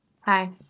Hi